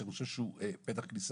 שאני חושב שהוא פתח כניסה.